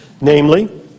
namely